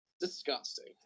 Disgusting